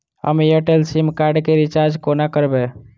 हम Airtel SIM card केँ recharge कोना करबै?